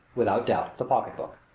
without doubt, the pocketbook.